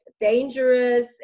dangerous